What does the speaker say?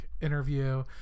interview